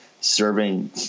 serving